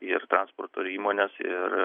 ir transporto įmonės ir